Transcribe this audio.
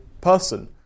person